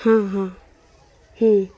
ہاں ہاں ہوں